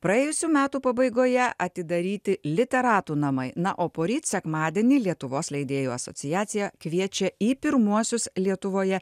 praėjusių metų pabaigoje atidaryti literatų namai na o poryt sekmadienį lietuvos leidėjų asociacija kviečia į pirmuosius lietuvoje